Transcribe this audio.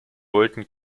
wollten